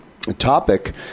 topic